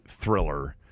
thriller